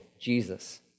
Jesus